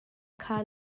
kha